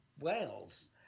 Wales